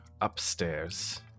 upstairs